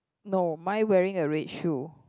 no mine wearing a red shoe